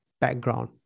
background